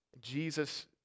jesus